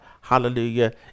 hallelujah